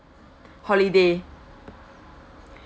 holiday